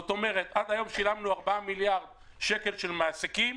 עד היום שילמנו 4 מיליארד שקל של מעסיקים.